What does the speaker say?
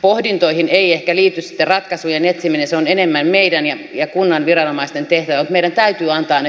pohdintoihin ei ehkä liity sitten ratkaisujen etsiminen se on enemmän meidän ja kunnan viranomaisten tehtävä meidän täytyy antaa ne työkalut